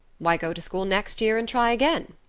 why, go to school next year and try again,